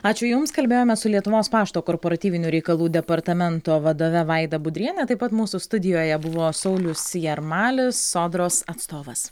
ačiū jums kalbėjome su lietuvos pašto korporatyvinių reikalų departamento vadove vaida budriene taip pat mūsų studijoje buvo saulius jarmalis sodros atstovas